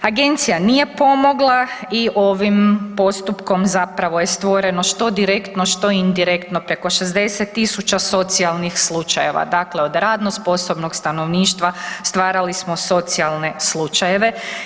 Agencija nije i ovim postupkom zapravo je stvoreno što direktno, što indirektno preko 60 000 socijalnih slučajeva, dakle od radno sposobnog stanovništva, stvarali smo socijalne slučajeve.